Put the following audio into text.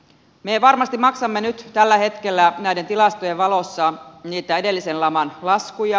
me varmasti maksamme nyt tällä hetkellä näiden tilastojen valossa niitä edellisen laman laskuja